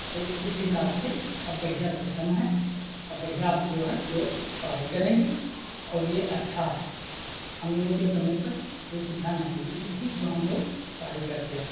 उस हिसाब से अब बढ़िया सिस्टम है अब बढ़िया जो है लोग पढ़ाई करेंगे और ये अच्छा है हम लोगों के समय पर कोई सुविधा नहीं थी जो हम लोग पढ़ाई करते